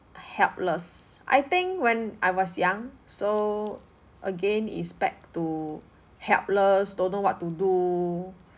helpless I think when I was young so again is back to helpless don't know what to do